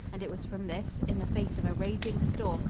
and it was from this, in the face of a raging storm,